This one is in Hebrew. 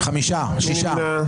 מי נמנע?